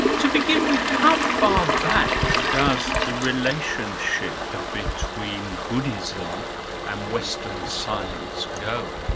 to begin with, how far back does the relationship ah between buddhism and western science go? oh,